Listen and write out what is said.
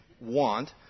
want